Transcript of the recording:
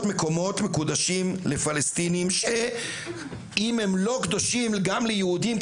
מקומות מקודשים לפלסטינים שאם הם לא קדושים גם ליהודים,